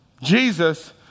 Jesus